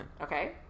Okay